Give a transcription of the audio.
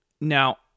now